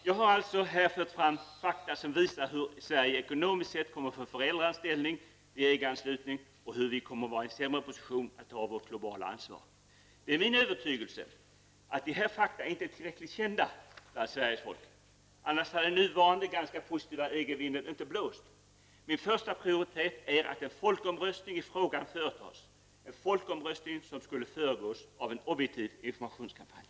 Jag har alltså fört fram fakta som visar hur Sverige ekonomiskt sett kommer att få en förändrad ställning vid en EG anslutning och hur vi kommer att vara i en sämre position att ta vårt globala ansvar. Det är min övertygelse att dessa fakta inte är tillräckligt kända bland Sveriges folk -- annars hade den nuvarande ganska positiva EG vinden inte blåst. Min första prioritet är att en folkomröstning i frågan företas, en folkomröstning som skulle föregås av en objektiv informationskampanj.